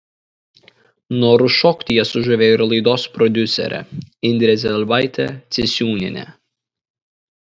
noru šokti jie sužavėjo ir laidos prodiuserę indrę zelbaitę ciesiūnienę